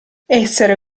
essere